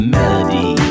Melody